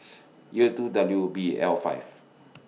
U two W B L five